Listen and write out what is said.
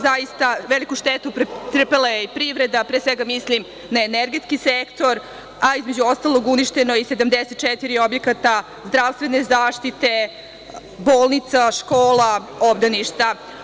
Zaista, veliku štetu pretrpela je i privreda, pre svega mislim na energetski sektor, a između ostalog uništeno je i 74 objekata zdravstvene zaštite, bolnica, škola, obdaništa.